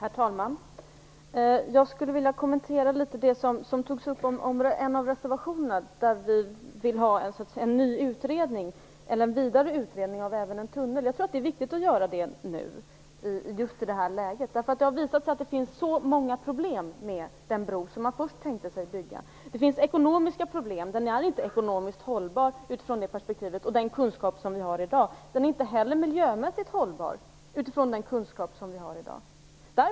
Herr talman! Jag skulle vilja kommentera det som togs upp om en av våra reservationer, i vilken vi skriver att vi vill ha en ny utredning om en tunnel. Jag tror att det är viktigt att göra det nu just i detta läge. Det har nämligen visat sig att det finns så många problem med den bro som man först tänkte bygga. Det finns bl.a. ekonomiska problem. Bron är varken ekonomiskt eller miljömässigt hållbar enligt den kunskap som vi har i dag.